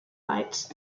lights